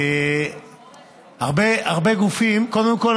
קודם כול,